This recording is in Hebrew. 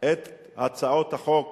את הצעות החוק